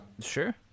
Sure